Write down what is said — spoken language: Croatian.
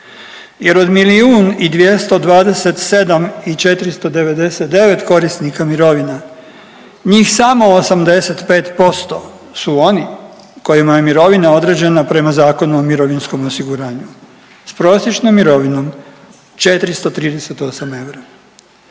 i 227 i 499 korisnika mirovina njih samo 85% su oni kojima je mirovina određena prema Zakonu o mirovinskom osiguranju s prosječnom mirovinom 438 eura.